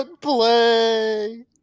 play